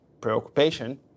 preoccupation